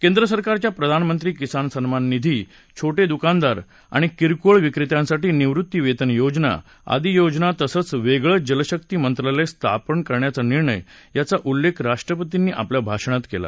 केंद्र सरकारच्या प्रधानमंत्री किसान सन्मान निधी छोटे दुकानदार आणि किरकोळ विक्रेत्यांसाठी निवृत्ती वेतन योजना आदी योजना तसंच वेगळं जलशक्ती मंत्रालय स्थापण्याचा निर्णय यांचा उल्लेख राष्ट्रपतींनी आपल्या भाषणात केला